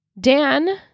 dan